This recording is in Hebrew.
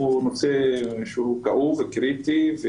הוא נושא כאוב וקריטי.